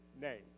name